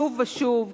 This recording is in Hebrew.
שוב ושוב,